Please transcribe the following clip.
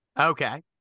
Okay